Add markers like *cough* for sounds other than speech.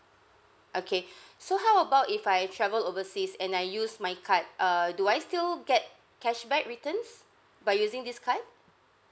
okay *breath* so how about if I travel overseas and I use my card err do I still get cashback returns by using this card